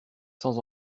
sans